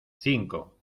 cinco